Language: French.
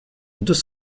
deux